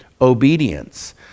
obedience